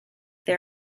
they